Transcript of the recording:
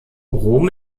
rom